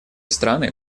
страны